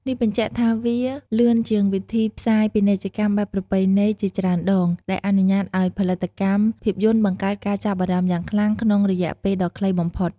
នេះបញ្ជាក់ថាវាលឿនជាងវិធីផ្សាយពាណិជ្ជកម្មបែបប្រពៃណីជាច្រើនដង ដែលអនុញ្ញាតឱ្យផលិតកម្មភាពយន្តបង្កើតការចាប់អារម្មណ៍យ៉ាងខ្លាំងក្នុងរយៈពេលដ៏ខ្លីបំផុត។